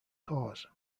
cause